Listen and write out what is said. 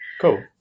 cool